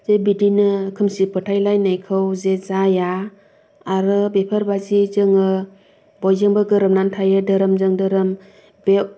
जे बिदिनो खोमसि फोथायलायनायखौ जे जाया आरो बेफोरबायदि जोङो बयजोंबो गोरोबनानै थायो धोरोमजों धोरोम बे